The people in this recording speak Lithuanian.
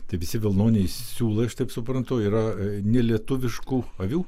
tai visi vilnoniai siūlai aš taip suprantu yra nelietuviškų avių